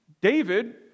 David